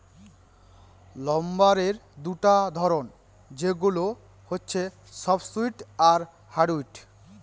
লাম্বারের দুটা ধরন, সেগুলো হচ্ছে সফ্টউড আর হার্ডউড